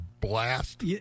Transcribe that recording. blast